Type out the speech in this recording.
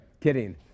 Kidding